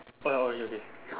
oh ya orange okay